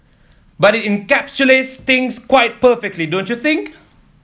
but it encapsulates things quite perfectly don't you think